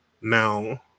Now